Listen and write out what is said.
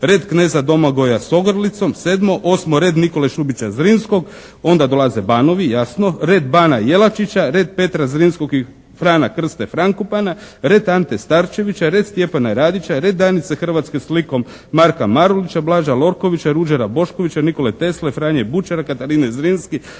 red Kneza Domagoja s ogrlicom, sedmo. Osmo, red Nikole Šubića Zrinskog. Onda dolaze banovi, jasno. Red bana Jelačića, red Petra Zrinskog i Frana Krste Frankopana, red Ante Starčevića, red Stjepana Radića, red Danice Hrvatske s likom Marka Marulića, Blaža Lorkovića, Ruđera Boškovića, Nikole Tesle, Franje Bućara, Katarine Zrinski,